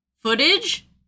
Footage